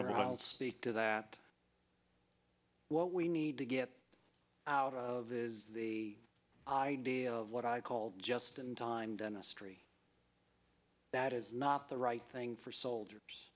i'll speak to that what we need to get out of the idea of what i called just in time dentistry that is not the right thing for soldiers